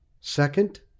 Second